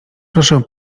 proszę